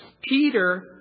Peter